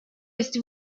есть